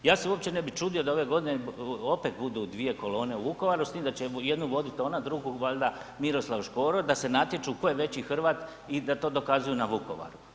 Ja se uopće ne bi čudio da ove godine opet budu dvije kolone u Vukovaru, s tim da će jednu vodit ona, drugu valja Miroslav Škoro, da se natječu tko je veći Hrvat i da to dokazuju na Vukovaru.